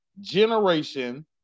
generation